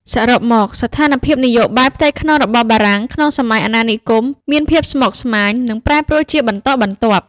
សរុបមក ស្ថានភាពនយោបាយផ្ទៃក្នុងរបស់បារាំងក្នុងសម័យអាណានិគម មានភាពស្មុគស្មាញ និងប្រែប្រួលជាបន្តបន្ទាប់។